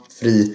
fri